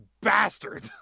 bastard